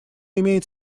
имеет